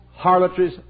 harlotries